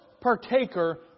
partaker